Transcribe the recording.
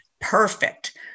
Perfect